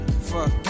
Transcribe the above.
Fuck